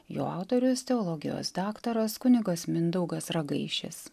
jo autorius teologijos daktaras kunigas mindaugas ragaišis